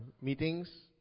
meetings